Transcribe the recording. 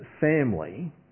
family